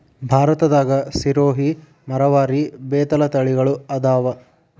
ಭಾರತದಾಗ ಸಿರೋಹಿ, ಮರವಾರಿ, ಬೇತಲ ತಳಿಗಳ ಅದಾವ